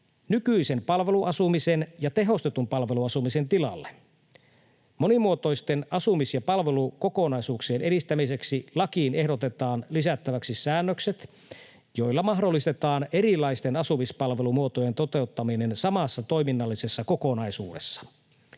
nykyisen palveluasumisen ja tehostetun palveluasumisen tilalle. Monimuotoisten asumis- ja palvelukokonaisuuksien edistämiseksi lakiin ehdotetaan lisättäväksi säännökset, joilla mahdollistetaan erilaisten asumispalvelumuotojen toteuttaminen samassa toiminnallisessa kokonaisuudessa.